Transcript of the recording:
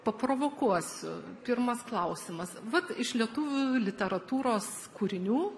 paprovokuosiu pirmas klausimas vat iš lietuvių literatūros kūrinių